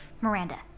Miranda